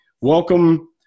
welcome